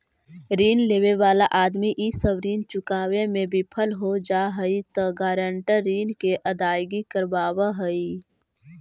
ऋण लेवे वाला आदमी इ सब ऋण चुकावे में विफल हो जा हई त गारंटर ऋण के अदायगी करवावऽ हई